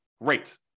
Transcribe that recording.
great